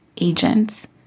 agents